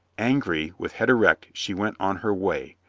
angry, with head erect, she went on her way.